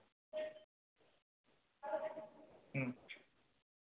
ꯎꯝ